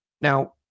Now